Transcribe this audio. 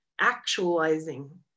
actualizing